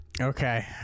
Okay